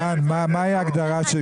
לימור, מה ההגדרה של